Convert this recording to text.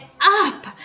up